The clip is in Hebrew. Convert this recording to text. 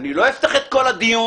אני לא אפתח את כל הדיון,